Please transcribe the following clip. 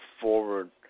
forward